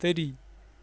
تٔری